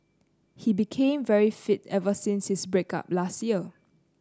he became very fit ever since his break up last year